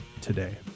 today